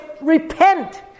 repent